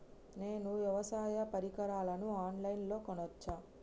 నేను వ్యవసాయ పరికరాలను ఆన్ లైన్ లో కొనచ్చా?